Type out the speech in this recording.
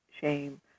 shame